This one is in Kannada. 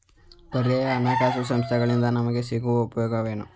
ಪರ್ಯಾಯ ಹಣಕಾಸು ಸಂಸ್ಥೆಗಳಿಂದ ನಮಗೆ ಸಿಗುವ ಉಪಯೋಗವೇನು?